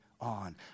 on